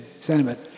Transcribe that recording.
sentiment